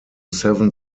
seven